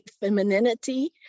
femininity